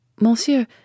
Monsieur